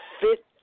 fit